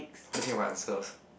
what do you think about answers